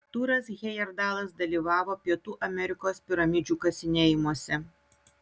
tūras hejerdalas dalyvavo pietų amerikos piramidžių kasinėjimuose